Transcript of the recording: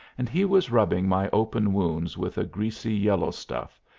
and he was rubbing my open wounds with a greasy yellow stuff,